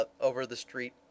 over-the-street